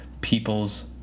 people's